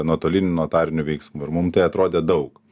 nuotolinių notarinių veiksmų ir mum tai atrodė daug